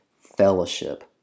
fellowship